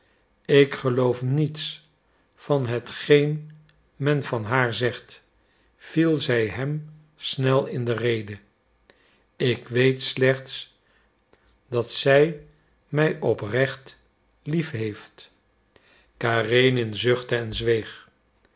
ik geloof niets van hetgeen men van haar zegt viel zij hem snel in de rede ik weet slechts dat zij mij oprecht lief heeft karenin zuchtte en zweeg